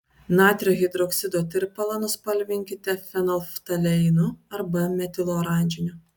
natrio hidroksido tirpalą nuspalvinkite fenolftaleinu arba metiloranžiniu